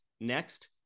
Next